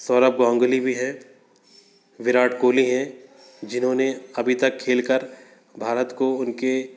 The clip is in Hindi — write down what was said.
सौरव गांगुली भी हैं विराट कोहली हैं जिन्होंने अभी तक खेल कर भारत को उनके